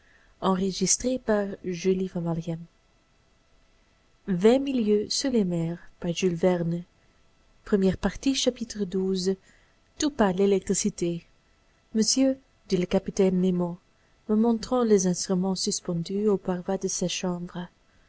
termes xii tout par l'électricité monsieur dit le capitaine nemo me montrant les instruments suspendus aux parois de sa chambre